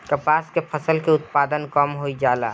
कपास के फसल के उत्पादन कम होइ जाला?